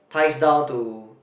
ties down to